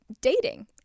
dating